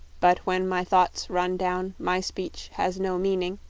but when my thoughts run down, my speech has no mean-ing,